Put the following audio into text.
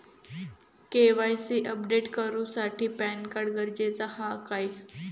KYC update करूसाठी PAN card गरजेचा हा काय?